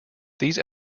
these